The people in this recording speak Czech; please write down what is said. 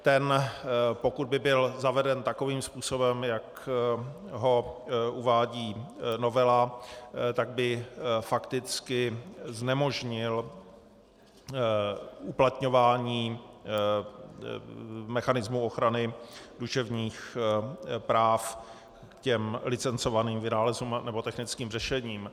Ten, pokud by byl zaveden takovým způsobem, jak ho uvádí novela, tak by fakticky znemožnil uplatňování mechanismu ochrany duševních práv k těm licencovaným vynálezům nebo technickým řešením.